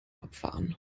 abfahren